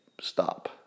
stop